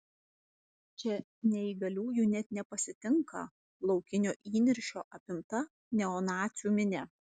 čia neįgaliųjų net nepasitinka laukinio įniršio apimta neonacių minia